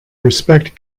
respect